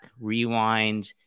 Rewind